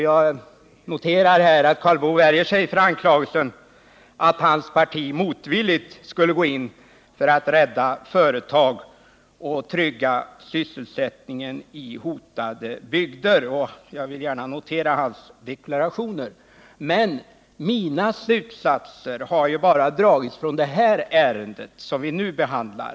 Jag noterar att Karl Boo värjer sig mot anklagelsen att hans parti motvilligt skulle gå in för att rädda företag och trygga sysselsättningen i hotade bygder. Jag noterar hans deklaration på den punkten. Men mina slutsater har bara dragits med utgångspunkt från det ärende som vi nu behandlar.